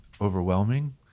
overwhelming